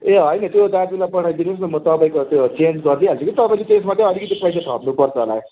ए होइन त्यो दाजुलाई पठाइदिनु होस् न म तपाईँको त्यो चेन्ज गरिदिई हाल्छु कि तपाईँले त्यसमा चाहिँ अलिकति पैसा थप्नुपर्छ होला